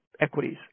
equities